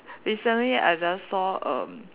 recently I just saw erm